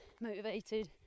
motivated